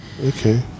Okay